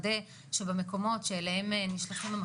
בדיוני התקציב האחרונים והם ממשיכים